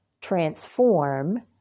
transform